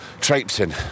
traipsing